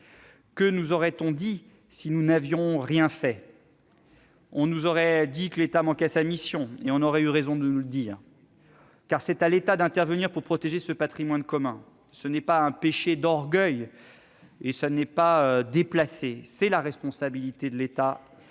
Que nous aurait-on dit si nous n'avions rien fait ? On nous aurait dit que l'État manquait à sa mission, et on aurait eu raison de nous le dire, car c'est à l'État d'intervenir pour protéger ce patrimoine commun. Ce n'est pas un péché d'orgueil et ce n'est pas déplacé. C'est la responsabilité de l'État,